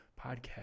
podcast